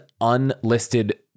unlisted